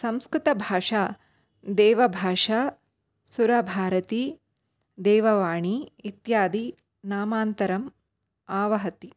संस्कृतभाषा देवभाषा सुरभारती देववाणी इत्यादि नामान्तरम् आवहति